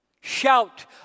shout